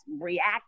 react